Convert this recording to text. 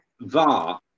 VAR